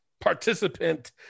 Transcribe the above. participant